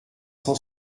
cent